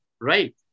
right